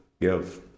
give